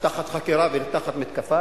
לזכויות האזרח, תחת חקירה ותחת מתקפה,